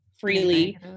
freely